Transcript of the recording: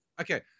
okay